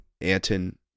Anton